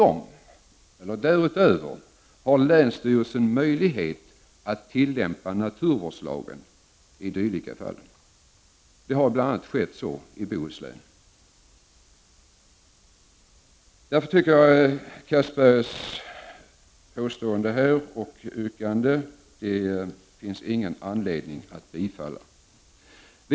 Därutöver har länsstyrelsen möjlighet att tillämpa naturvårdslagen i dylika fall, vilket bl.a. skett i Bohuslän. Därför tycker jag inte att det finns någon anledning att tillstyrka Anders Castbergers yrkande här.